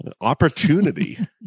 opportunity